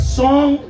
song